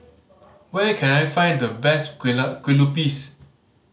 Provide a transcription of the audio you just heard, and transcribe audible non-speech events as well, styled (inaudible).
where can I find the best (unintelligible) Kueh Lupis